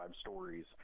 stories